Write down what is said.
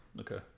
Okay